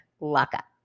lockup